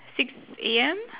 six A_M